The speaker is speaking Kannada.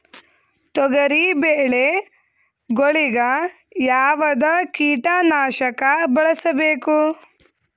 ತೊಗರಿಬೇಳೆ ಗೊಳಿಗ ಯಾವದ ಕೀಟನಾಶಕ ಬಳಸಬೇಕು?